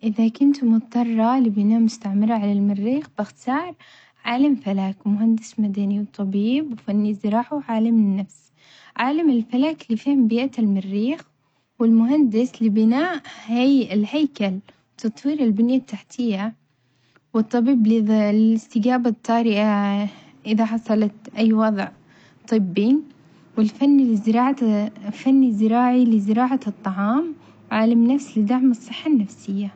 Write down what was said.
إذا كنت مضطرة لبناء مستعمرة على المريخ عالم فلك ومهندس مدني وطبيب وفني زراعة وعالم نفس، عالم الفلك لفهم بيئة المريخ، والمهندس لبناء هي الهيكل وتطوير البنية التحتية والطبيب للإستجابة الطارئة إذا حصلت أي وظع طبي والفني لزراعة فني الزراعة لزراعة الطعام وعالم نفس لدعم الصحة النفسية.